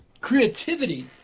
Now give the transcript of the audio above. creativity